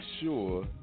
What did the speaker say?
sure